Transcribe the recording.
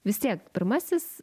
vis tiek pirmasis